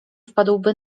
wpadłby